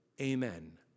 amen